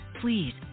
please